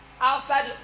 outside